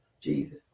Jesus